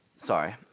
Sorry